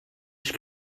ich